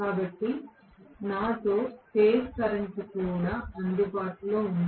కాబట్టి నాతో phase current కూడా అందుబాటులో ఉంది